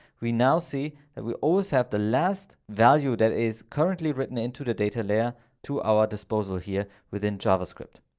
we now see that we always have the last value that is currently written into the data layer to our disposal here within javascript.